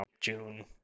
June